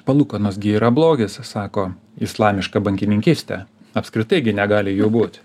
palūkanos gi yra blogis sako islamišką bankininkystė apskritai gi negali jų būt